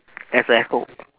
Es~ Esso